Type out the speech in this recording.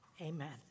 Amen